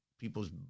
people's